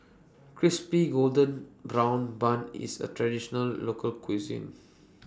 Crispy Golden Brown Bun IS A Traditional Local Cuisine